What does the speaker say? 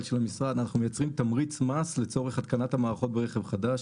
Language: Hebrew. לצורך התקנת המערכות ברכב חדש,